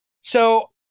So-